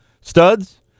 Studs